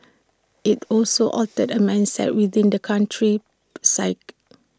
IT also altered A mindset within the country's psyche